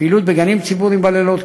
פעילות בגנים ציבוריים בלילות,